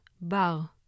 bar